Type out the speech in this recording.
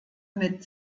mit